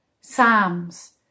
psalms